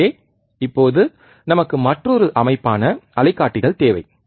எனவே இப்போது நமக்கு மற்றொரு அமைப்பான அலைக்காட்டிகள் தேவை